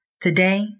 Today